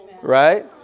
right